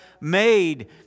made